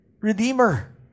Redeemer